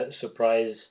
surprise